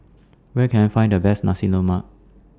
Where Can I Find The Best Nasi Lemak